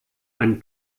einen